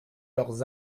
leurs